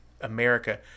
America